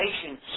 patience